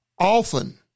often